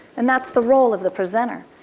and that's the role of the presenter.